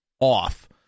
off